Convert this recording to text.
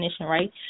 right